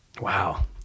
Wow